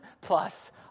plus